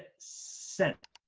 sent.